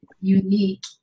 unique